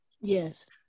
Yes